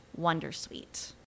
wondersuite